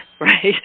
right